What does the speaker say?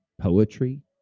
poetry